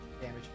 damage